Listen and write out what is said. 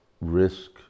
risk